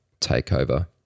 takeover